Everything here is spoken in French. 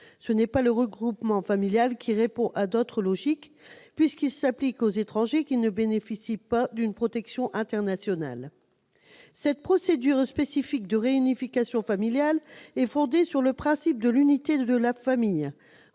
n'est pas le regroupement familial, lequel répond à d'autres logiques, puisqu'il s'applique aux étrangers ne bénéficiant pas d'une protection internationale. Cette procédure spécifique de réunification familiale est fondée sur le principe de « l'unité de la famille